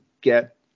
get